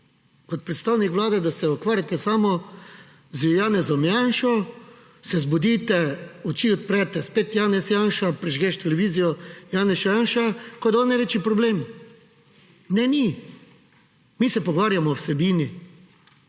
kot predstavnik Vlade, da se ukvarjate samo z Janezom Janšo. Se zbudite, oči odprete – spet Janez Janša, prižgeš televizijo – Janez Janša, kot da je on največji problem. Ne ni. Mi se pogovarjamo o vsebini.